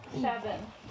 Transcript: Seven